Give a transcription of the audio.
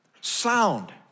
sound